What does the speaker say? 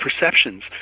perceptions